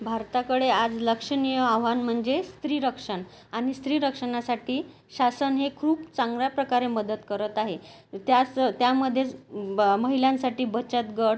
भारताकडे आज लक्षणीय आव्हान म्हणजे स्त्री रक्षण आणि स्त्री रक्षणासाठी शासन हे खूप चांगल्या प्रकारे मदत करत आहे त्याच त्यामध्ये ब महिलांसाठी बचत गट